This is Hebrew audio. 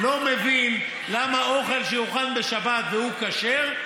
אני לא מבין למה אוכל שהוכן בשבת והוא כשר,